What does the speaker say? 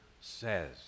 says